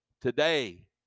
today